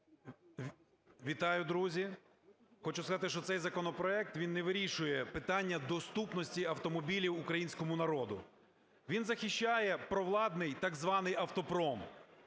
Вітаю, друзі. Хочу сказати, що цей законопроект, він не вирішує питання доступності автомобілів українському народу. Він захищає провладний так званий автомпром.